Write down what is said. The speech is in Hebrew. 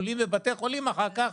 בטיפולים בבתי חולים אחר כך,